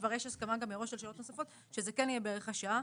שכבר יש הסכמה גם מראש על שעות נוספות שזה כן יהיה בערך השעה.